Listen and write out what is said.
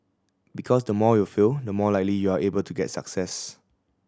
because the more you fail the more likely you are able to get success